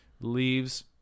leaves